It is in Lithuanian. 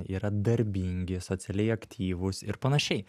yra darbingi socialiai aktyvūs ir panašiai